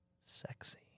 sexy